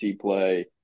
play